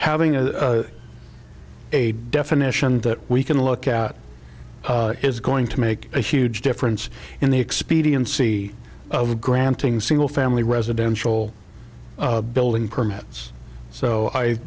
having a a definition that we can look at is going to make a huge difference in the expediency of granting single family residential building permits so i